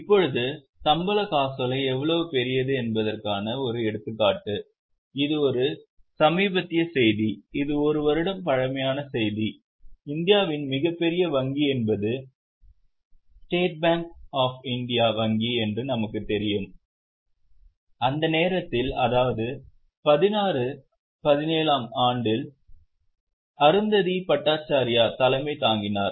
இப்போது சம்பள காசோலை எவ்வளவு பெரியது என்பதற்கான ஒரு எடுத்துக்காட்டு இது ஒரு சமீபத்திய செய்தி இது ஒரு வருடம் பழமையான செய்தி இந்தியாவின் மிகப்பெரிய வங்கி என்பது ஸ்டேட் பேங்க் ஆப் இந்தியா வங்கி என்று நமக்கு தெரியும் அந்த நேரத்தில் அதாவது 16 17 ஆம் ஆண்டில் அருந்ததி பட்டாச்சார்யா தலைமை தாங்கினார்